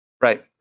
Right